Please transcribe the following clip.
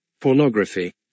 pornography